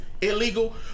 illegal